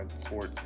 sports